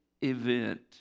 event